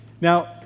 Now